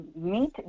Meet